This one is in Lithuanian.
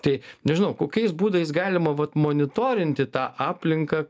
tai nežinau kokiais būdais galima vat monitorinti tą aplinką